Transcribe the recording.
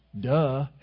duh